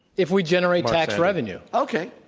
if we generate tax revenue. okay.